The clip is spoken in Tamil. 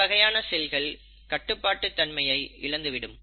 இந்த வகையான செல்கள் கட்டுப்பாட்டு தன்மையை இழந்துவிடும்